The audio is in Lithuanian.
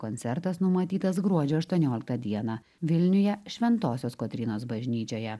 koncertas numatytas gruodžio aštuonioliktą dieną vilniuje šventosios kotrynos bažnyčioje